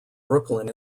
brooklyn